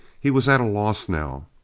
he was at a loss now.